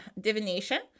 divination